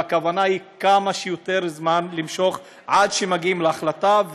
והכוונה היא כמה שיותר זמן למשוך עד שמגיעים להחלטה,